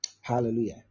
hallelujah